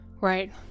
right